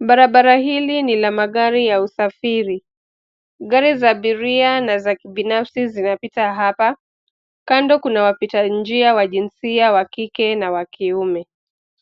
Barabara hili ni la magari ya usafiri. Gari za abiria na za kibinafsi zinapita hapa. Kando kuna wapita njia wa jinsi wa kike na wa kiume.